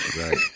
Right